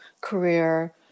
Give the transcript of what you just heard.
career